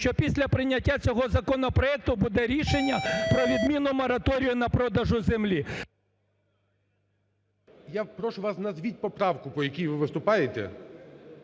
що після прийняття цього законопроекту буде рішення про відміну мораторію на продаж землі. ГОЛОВУЮЧИЙ. Я прошу вас, назвіть поправку, по якій ви виступаєте.